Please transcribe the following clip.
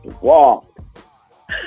walk